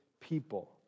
people